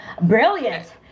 brilliant